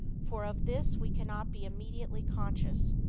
for of this we cannot be immediately conscious,